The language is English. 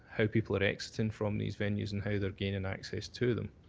how people are exiting from these venues and how they're gaining access to them,